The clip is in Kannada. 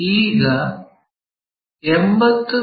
ಈಗ 80 ಮಿ